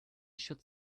should